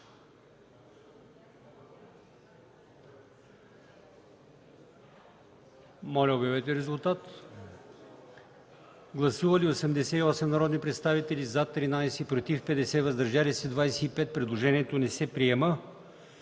Моля, гласувайте. Гласували 88 народни представители: за 13, против 50, въздържали се 25. Предложението не се приема.